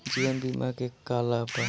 जीवन बीमा के का लाभ बा?